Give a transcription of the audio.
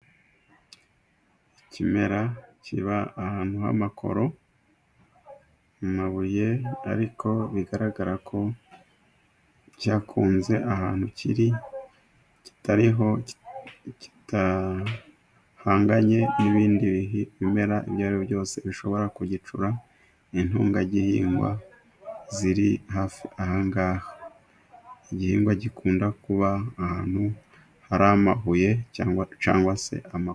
Ikimera kiba ahantu h'amakoro, mu mabuye ariko bigaragara ko cyakunze ahantu kiri kitariho, kidahanganye n'ibindi bimera ibyo ari byose bikunda kugicura intungagihingwa ziri hafi ahangaha. Igihingwa gikunda kuba ahantu hari amabuye nyangwa se amakoro.